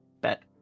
Bet